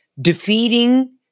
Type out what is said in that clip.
Defeating